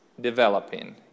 developing